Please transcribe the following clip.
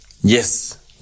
Yes